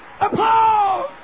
Applause